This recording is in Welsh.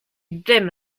ddim